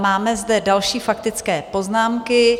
Máme zde další faktické poznámky.